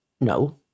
No